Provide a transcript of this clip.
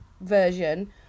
version